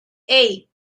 hey